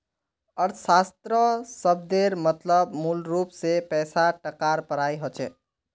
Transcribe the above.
अर्थशाश्त्र शब्देर मतलब मूलरूप से पैसा टकार पढ़ाई होचे